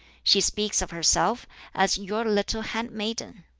she speaks of herself as your little handmaiden.